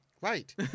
Right